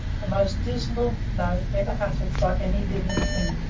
the most dismal note ever uttered by any living thing.